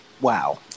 Wow